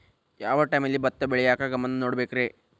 ಯಾವ್ ಟೈಮಲ್ಲಿ ಭತ್ತ ಬೆಳಿಯಾಕ ಗಮನ ನೇಡಬೇಕ್ರೇ?